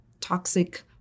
toxic